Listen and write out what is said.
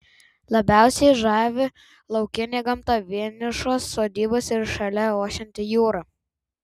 labiausiai žavi laukinė gamta vienišos sodybos ir šalia ošianti jūra